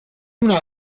una